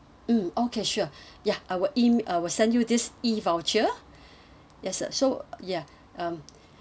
mm okay sure ya I will e~ I will send you this E voucher yes sir so ya um